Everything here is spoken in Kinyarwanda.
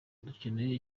ducyeneye